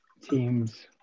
teams